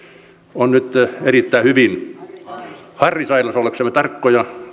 on nyt erittäin hyvin harri sailas ollaksemme tarkkoja